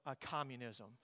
communism